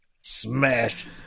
Smash